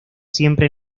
siempre